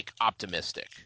optimistic